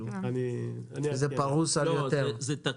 זה פרוס על פני יותר שנים.